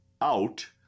out